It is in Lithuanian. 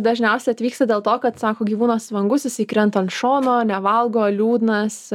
dažniausia atvyksta dėl to kad sako gyvūnas vangus jisai krenta ant šono nevalgo liūdnas